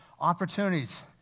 opportunities